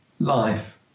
Life